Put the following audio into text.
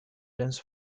james